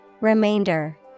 Remainder